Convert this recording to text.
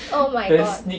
oh my god